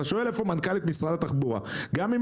אתה שואל איפה מנכ"לית משרד התחבורה גם אם